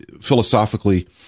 philosophically